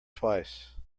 twice